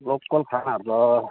local खानाहरू त